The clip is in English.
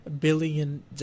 billion